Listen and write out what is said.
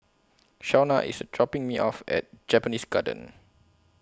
Shawna IS dropping Me off At Japanese Garden